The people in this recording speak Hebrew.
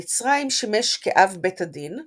במצרים שימש כאב בית הדין,